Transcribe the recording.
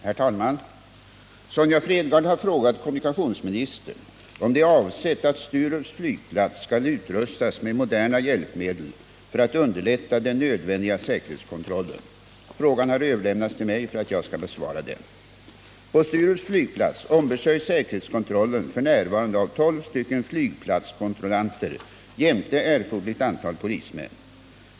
Herr talman! Sonja Fredgardh har frågat kommunikationsministern om det är avsett att Sturups flygplats skall utrustas med moderna hjälpmedel för att underlätta den nödvändiga säkerhetskontrollen. Frågan har överlämnats till mig för att jag skall besvara den. På Sturups flygplats ombesörjs säkerhetskontrollen f. n. av tolv flygplatskontrollanter jämte erforderligt antal polismän.